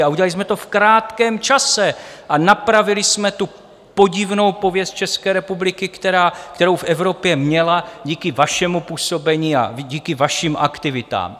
A udělali jsme to v krátkém čase, napravili jsme tu podivnou pověst České republiky, kterou v Evropě měla díky vašemu působení a díky vašim aktivitám.